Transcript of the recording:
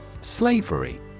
Slavery